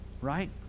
Right